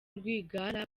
rwigara